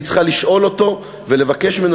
היא צריכה לשאול אותו ולבקש ממנו